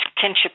Kinship